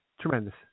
Tremendous